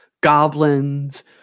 goblins